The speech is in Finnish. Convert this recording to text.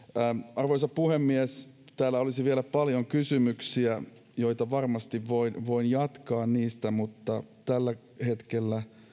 arvoisa puhemies täällä olisi vielä paljon kysymyksiä ja varmasti voin voin jatkaa niistä mutta tällä hetkellä